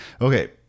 Okay